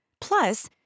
Plus